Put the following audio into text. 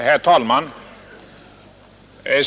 Herr talman!